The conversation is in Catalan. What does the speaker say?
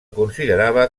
considerava